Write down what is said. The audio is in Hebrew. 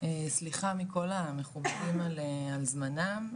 סליחה מכל המכובדים על זמנם,